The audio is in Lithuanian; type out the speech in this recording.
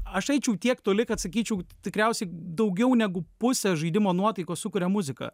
aš eičiau tiek toli kad sakyčiau tikriausiai daugiau negu pusę žaidimo nuotaikos sukuria muzika